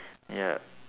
ya